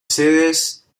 sedes